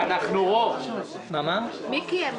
נמנעים